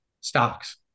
stocks